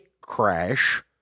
crash